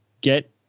get